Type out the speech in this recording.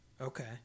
Okay